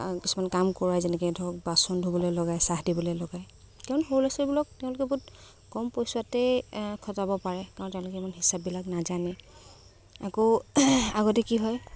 কিছুমান কাম কৰোৱায় যেনেকৈ ধৰক বাচন ধুবলৈ লগায় চাহ দিবলৈ লগায় সৰু ল'ৰা ছোৱালীবোৰক তেওঁলোকে বহুত কম পইচাতেই খটাব পাৰে কাৰণ তেওঁলোকে ইমান হিচাপবিলাক নাজানে আকৌ আগতে কি হয়